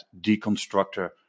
Deconstructor